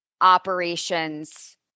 operations